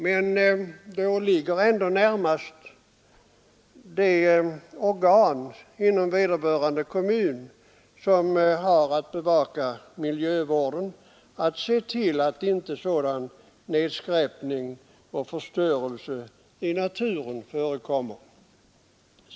Men det åligger närmast det organ inom vederbörande kommun som har att bevaka miljövården att se till att inte sådan nedskräpning och förstörelse i naturen förekommer.